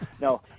No